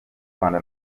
rwanda